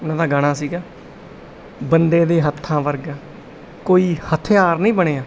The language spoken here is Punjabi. ਉਹਨਾਂ ਦਾ ਗਾਣਾ ਸੀਗਾ ਬੰਦੇ ਦੇ ਹੱਥਾਂ ਵਰਗਾ ਕੋਈ ਹਥਿਆਰ ਨਹੀਂ ਬਣਿਆ